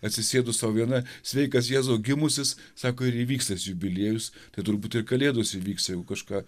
atsisėdus sau viena sveikas jėzau gimusis sako ir įvyks tas jubiliejus tai turbūt ir kalėdos įvyks jeigu kažką